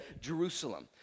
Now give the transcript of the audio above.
jerusalem